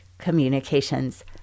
Communications